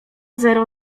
zero